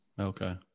Okay